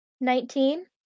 Nineteen